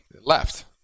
left